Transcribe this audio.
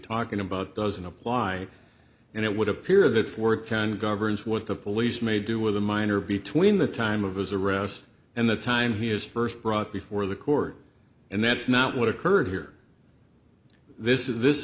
talking about doesn't apply and it would appear that for ten governs what the police may do with a minor between the time of his arrest and the time he was first brought before the court and that's not what occurred here this is this